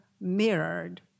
mirrored